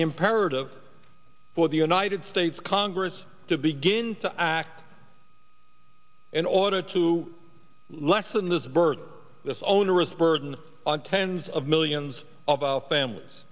imperative for the united states congress to begin to act in order to lessen this birth this onerous burden on tens of millions of our families